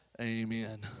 Amen